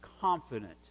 confident